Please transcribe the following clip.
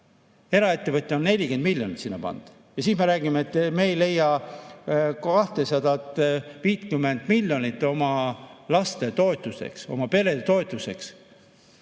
Eraettevõtja on 40 miljonit sinna pandud. Ja siis me räägime, et me ei leia 250 miljonit oma laste toetusteks, oma perede toetuseks.